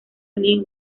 lil